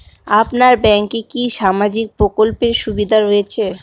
আপনার ব্যাংকে কি সামাজিক প্রকল্পের সুবিধা রয়েছে?